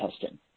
testing